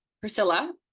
Priscilla